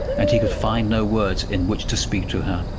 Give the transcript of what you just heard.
and he could find no words in which to speak to her.